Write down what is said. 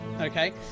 Okay